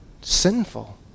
sinful